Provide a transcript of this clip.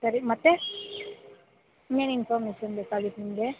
ಸರಿ ಮತ್ತೆ ಇನ್ನೇನು ಇನ್ಫಾರ್ಮೇಷನ್ ಬೇಕಾಗಿತ್ತು ನಿಮಗೆ